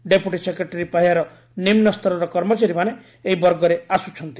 deputy secretary ପାହ୍ୟାର ନିମ୍ନସ୍ତରର କର୍ମଚାରୀମାନେ ଏହି ବର୍ଗରେ ଆସୁଛନ୍ତି